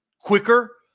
quicker